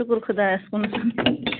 شُکُر خدایس کُن